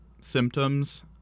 symptoms